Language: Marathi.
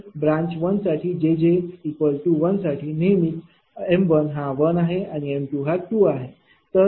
तर ब्रांच 1 साठी jj1 साठी नेहमीच m11आणि m22 असणार आहे